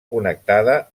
connectada